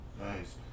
Nice